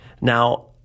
Now